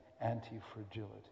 anti-fragility